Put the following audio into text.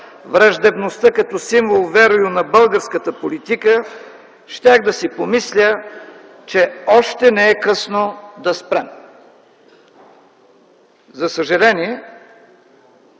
враждебността като символ-верую на българската политика, щях да си помисля, че още не е късно да спрем. За съжаление,